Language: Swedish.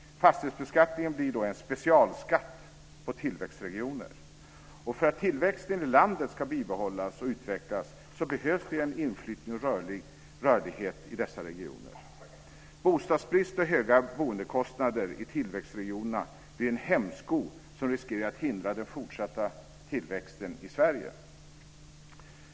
Fastighetsbeskattningen blir då en specialskatt på tillväxtregioner. För att tillväxten i landet ska bibehållas och utvecklas behövs det ju inflyttning och rörlighet i dessa regioner. Bostadsbrist och höga boendekostnader i tillväxtregionerna blir en hämsko som riskerar att hindra den fortsatta tillväxten i Sverige.